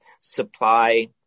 supply